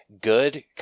good